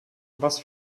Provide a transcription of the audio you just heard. was